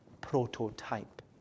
prototype